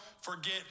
forget